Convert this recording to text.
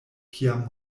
kiam